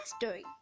story